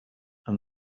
and